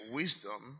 wisdom